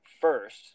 first